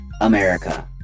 America